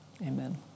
Amen